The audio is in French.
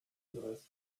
adresse